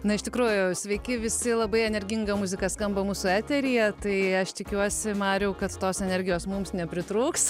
na iš tikrųjų sveiki visi labai energinga muzika skamba mūsų eteryje tai aš tikiuosi mariau kad tos energijos mums nepritrūks